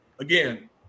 again